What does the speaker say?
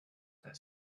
their